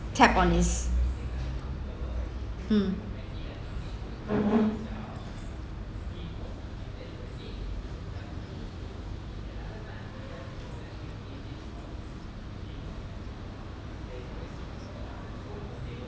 tap on its mm